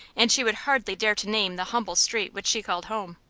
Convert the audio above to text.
and she would hardly dare to name the humble street which she called home.